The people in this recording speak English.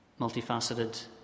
multifaceted